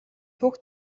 түүх